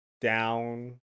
down